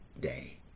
day